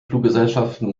fluggesellschaften